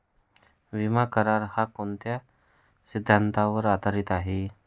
विमा करार, हा कोणत्या सिद्धांतावर आधारीत आहे?